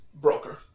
broker